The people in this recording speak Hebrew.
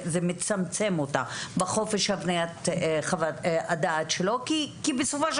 זה מצמצם אותה בחופש הבניית חוות הדעת שלו כי בסופו של